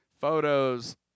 photos